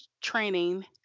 training